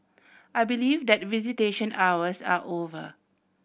I believe that visitation hours are over